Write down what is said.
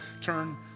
turn